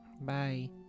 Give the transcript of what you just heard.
Bye